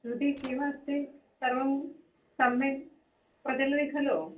श्रुति किमस्ति सर्वं सम्यक् प्रचलति खलु